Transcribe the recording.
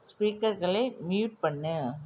ஸ்பீக்கர்களை mute பண்ணு